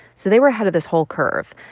so they were ahead of this whole curve.